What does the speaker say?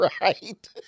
right